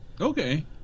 Okay